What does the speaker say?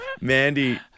Mandy